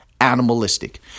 animalistic